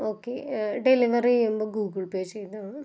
okay delivery ഒന്ന് Google Pay ചെയ്തോളു